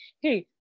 hey